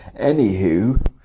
Anywho